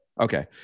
Okay